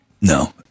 No